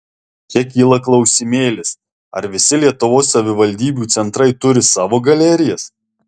čia kyla klausimėlis ar visi lietuvos savivaldybių centrai turi savo galerijas